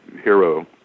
hero